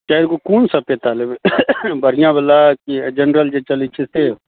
चारि गो कोन सपेता लेबै बढ़िआँवला या जनरल जे चलै छै से